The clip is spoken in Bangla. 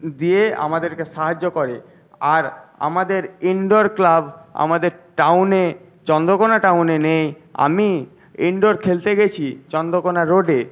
দিয়ে আমাদেরকে সাহায্য করে আর আমাদের ইনডোর ক্লাব আমাদের টাউনে চন্দ্রকোণা টাউনে নেই আমি ইনডোর খেলতে গেছি চন্দ্রকোণা রোডে